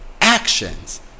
actions